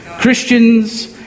Christians